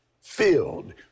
filled